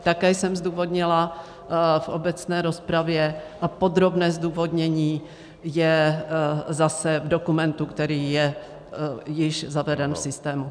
Také jsem zdůvodnila v obecné rozpravě a podrobné zdůvodnění je zase v dokumentu, který je již zaveden v systému.